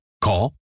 Call